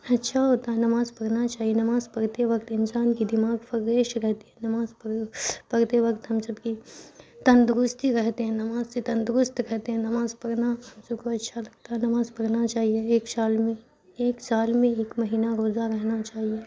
اچھا ہوتا ہے نماز پرھنا چاہیے نماز پرھتے وقت انسان کی دماغ فریش رہتی ہیں نماز پڑھتے وقت ہم سب کی تندرستی رہتے ہیں نماز سے تندرست رہتے ہیں نماز پڑھنا ہم سب کو اچھا لگتا ہے نماز پڑھنا چاہیے ایک سال میں ایک سال میں ایک مہینہ روزہ رہنا چاہیے